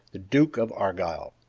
the duke of argyle!